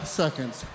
seconds